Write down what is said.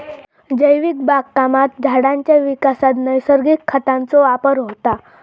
जैविक बागकामात झाडांच्या विकासात नैसर्गिक खतांचो वापर होता